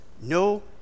No